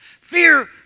Fear